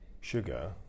sugar